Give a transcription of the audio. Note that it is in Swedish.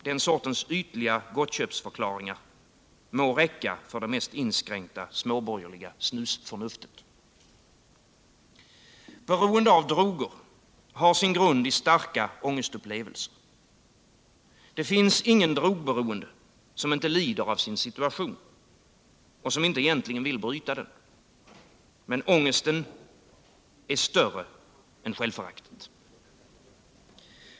Den sortens ytliga gottköpsförklaringar må räcka för det mest inskränkta småborgerliga snusförnuftet. Beroende av droger har sin grund i starka ångestupplevelser. Det finns ingen drogberoende som inte lider av sin situation — som inte egentligen vill bryta den. Men ångesten är större än självföraktet.